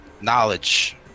knowledge